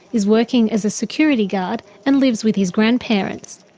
is working as a security guard and lives with his grandparents.